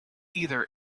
either